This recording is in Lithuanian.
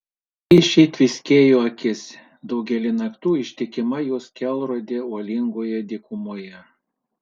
skaisčiai tviskėjo akis daugelį naktų ištikima jos kelrodė uolingoje dykumoje